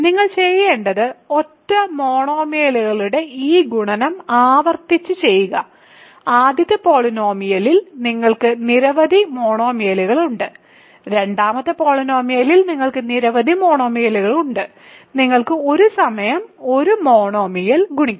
നിങ്ങൾ ചെയ്യേണ്ടത് ഒറ്റ മോണോമിയലുകളുടെ ഈ ഗുണനം ആവർത്തിച്ച് ചെയ്യുക ആദ്യത്തെ പോളിനോമിയലിൽ നിങ്ങൾക്ക് നിരവധി മോണോമിയലുകൾ ഉണ്ട് രണ്ടാമത്തെ പോളിനോമിയലിൽ നിങ്ങൾക്ക് നിരവധി മോണോമിയലുകൾ ഉണ്ട് നിങ്ങൾക്ക് ഒരു സമയം ഒരു മോണോമിയൽ ഗുണിക്കാം